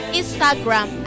Instagram